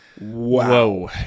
Wow